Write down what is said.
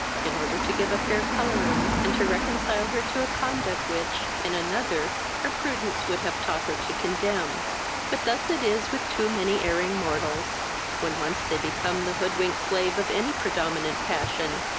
in order to give a fair colouring, and to reconcile her to a conduct which, in another, her prudence would have taught her to condemn but thus it is with too many erring mortals when once they become the hood-winked slaves of any predominant passion,